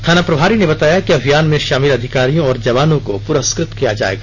थाना प्रभारी ने बताया कि अभियान में शामिल अधिकारियों और जवानों को पुरस्कृत किया जाएगा